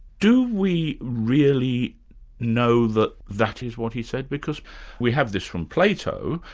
do we really know that that is what he said, because we have this from plato,